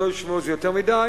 שלא ישמעו את זה יותר מדי,